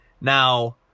Now